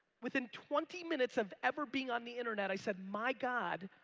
within twenty minutes of ever being on the internet, i said, my god,